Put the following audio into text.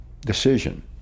decision